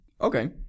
Okay